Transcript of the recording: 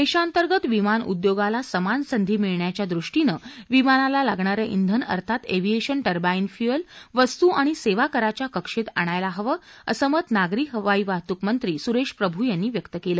देशांतर्गत विमान उद्योगाला समान संधी मिळण्याच्या दृष्टीनं विमानाला लागणारं इंधन अर्थात एव्हिएशन टरबाइन फ्युएल वस्तू आणि सेवा कराच्या कक्षेत आणायला हवं असं मत नागरी हवाई वाहतूक मंत्री सुरेश प्रभू यांनी व्यक्त केलं